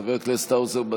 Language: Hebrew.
אמתין לחבר הכנסת האוזר.